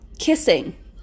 Kissing